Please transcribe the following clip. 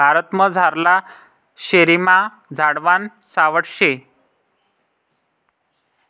भारतमझारला शेरेस्मा झाडवान सावठं शे